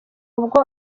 ubwo